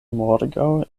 morgaŭ